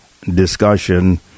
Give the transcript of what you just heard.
discussion